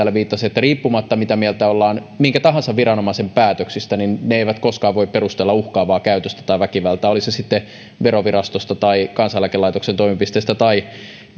viittasi että riippumatta siitä mitä mieltä ollaan minkä tahansa viranomaisen päätöksistä ne eivät koskaan voi perustella uhkaavaa käytöstä tai väkivaltaa oli sitten kysymys verovirastosta tai kansaneläkelaitoksen toimipisteestä tai